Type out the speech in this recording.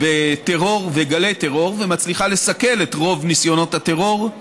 בטרור ובגלי טרור ומצליחה לסכל את רוב ניסיונות הטרור,